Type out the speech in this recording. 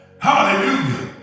Hallelujah